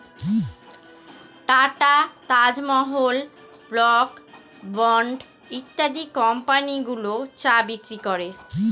tata, Taj Mahal, Brooke Bond ইত্যাদি company গুলো চা বিক্রি করে